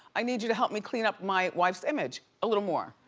i need you to help me clean up my wife's image a little more.